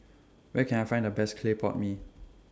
Where Can I Find The Best Clay Pot Mee